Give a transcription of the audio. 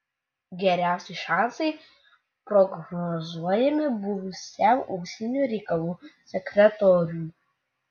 geriausi šansai prognozuojami buvusiam užsienio reikalų sekretoriui